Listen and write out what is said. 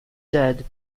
dead